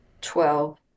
Twelve